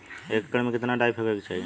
एक एकड़ में कितना डाई फेके के चाही?